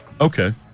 Okay